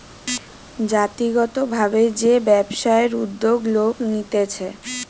জাতিগত ভাবে যে ব্যবসায়ের উদ্যোগ লোক নিতেছে